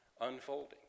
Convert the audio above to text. unfolding